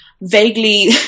vaguely